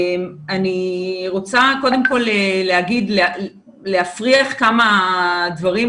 אני רוצה קודם כל להפריך כמה דברים.